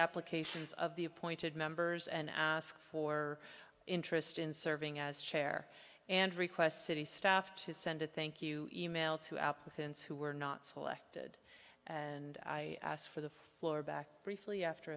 applications of the appointed members and ask for interest in serving as chair and requests city staff to send a thank you e mail to applicants who were not selected and i asked for the floor back briefly after